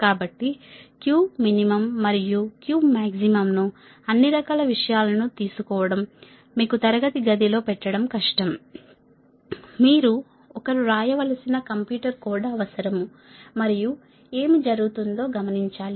కాబట్టి Qmin మరియు Qmax ను అన్ని రకాల విషయాలను తీసుకోవడం మీకు తరగతి గదిలో పెట్టడం కష్టం మీకు ఒకరు వ్రాయవలసిన కంప్యూటర్ కోడ్ అవసరం మరియు ఏమి జరుగుతుందో గమనించాలి